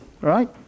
right